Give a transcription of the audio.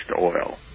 oil